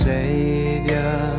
Savior